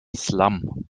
slum